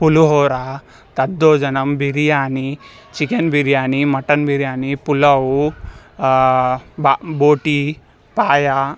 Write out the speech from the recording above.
పులిహోర daddojanam biryani chicken biryani mutton biryani pulao బ బోటి పాయ